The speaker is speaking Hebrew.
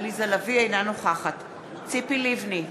אינה נוכחת ציפי לבני,